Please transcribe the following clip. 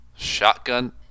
Shotgun